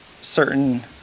certain